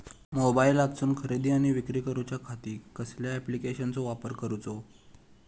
मोबाईलातसून खरेदी आणि विक्री करूच्या खाती कसल्या ॲप्लिकेशनाचो वापर करूचो?